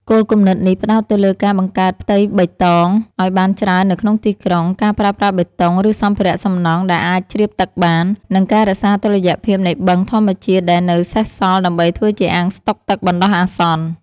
គោលគំនិតនេះផ្តោតទៅលើការបង្កើតផ្ទៃបៃតងឱ្យបានច្រើននៅក្នុងទីក្រុង ការប្រើប្រាស់បេតុងឬសម្ភារៈសំណង់ដែលអាចជ្រាបទឹកបាន និងការរក្សាតុល្យភាពនៃបឹងធម្មជាតិដែលនៅសេសសល់ដើម្បីធ្វើជាអាងស្តុកទឹកបណ្ដោះអាសន្ន។